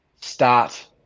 start